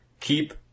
Keep